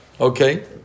Okay